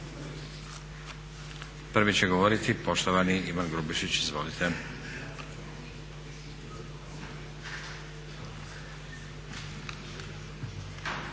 Prvi će govoriti poštovani Ivan Grubišić. Izvolite.